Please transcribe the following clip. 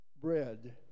bread